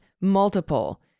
multiple